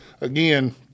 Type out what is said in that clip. again